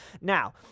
now